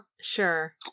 sure